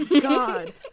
God